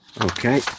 Okay